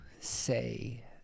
say